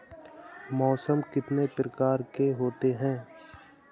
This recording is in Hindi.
मौसम कितनी प्रकार के होते हैं?